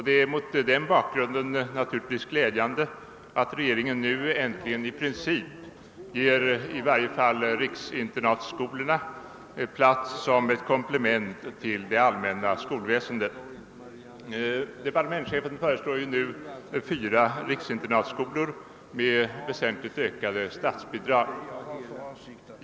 Det är mot den bakgrunden naturligtvis glädjande att regeringen nu äntligen i princip ger i varje fall riksinternatskolorna plats som ett komplement till det allmänna skolväsendet. Departementschefen föreslår ju nu fyra riksinternatskolor med väsentligt ökade statsbidrag.